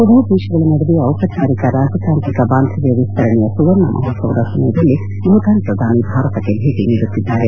ಉಭಯ ದೇಶಗಳ ನಡುವೆ ಚಿಪಚಾರಿಕ ರಾಜತಾಂತ್ರಿಕ ಬಾಂಧವ್ಯ ವಿಸ್ತರಣೆಯ ಸುವರ್ಣ ಮಹೋತ್ಲವದ ಸಮಯದಲ್ಲಿ ಭೂತಾನ್ ಪ್ರಧಾನಿ ಭಾರತಕ್ಕೆ ಭೇಟಿ ನೀಡುತ್ತಿದ್ದಾರೆ